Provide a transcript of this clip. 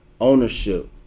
ownership